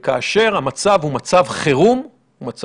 וכאשר המצב הוא מצב חירומי,